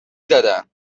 زدن